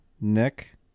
Nick